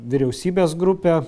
vyriausybės grupė